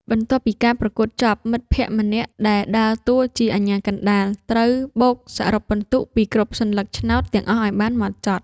បន្ទាប់ពីការប្រកួតបញ្ចប់ មិត្តភក្តិម្នាក់ដែលដើរតួជាអាជ្ញាកណ្ដាល ត្រូវបូកសរុបពិន្ទុពីគ្រប់សន្លឹកឆ្នោតទាំងអស់ឱ្យបានហ្មត់ចត់។